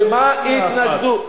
ומה ההתנגדות?